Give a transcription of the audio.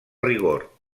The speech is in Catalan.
rigor